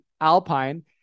Alpine